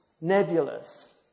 nebulous